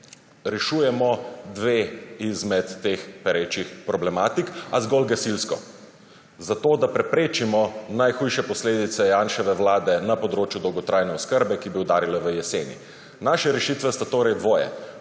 rešujemo dve izmed teh perečih problematik, a zgolj gasilsko, da preprečimo najhujše posledice Janševe vlade na področju dolgotrajne oskrbe, ki bi udarile v jeseni. Naši rešitvi sta torej dve: